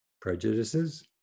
prejudices